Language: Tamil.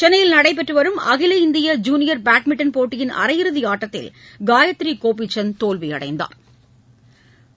சென்னையில் நடைபெற்று வரும் அகில இந்திய ஜூனியர் பேட்மிண்டன் போட்டியின் அரையிறுதி ஆட்டத்தில் காயத்ரி கோபிசந்த் தோல்வியடைந்து வெளியேறினார்